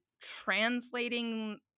translating